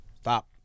Stop